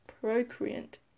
procreant